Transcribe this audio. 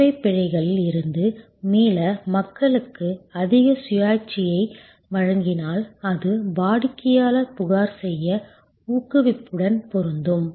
சேவைப் பிழைகளில் இருந்து மீள மக்களுக்கு அதிக சுயாட்சியை வழங்கினால் அது வாடிக்கையாளர் புகார் செய்ய ஊக்குவிப்புடன் பொருந்தும்